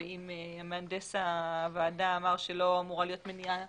ואם מהנדס הוועדה אמר שלא אמורה להיות מניעה